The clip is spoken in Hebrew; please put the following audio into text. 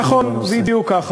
נכון, בדיוק ככה.